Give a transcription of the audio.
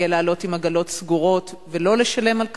יהיה לעלות עם עגלות סגורות ולא לשלם על כך,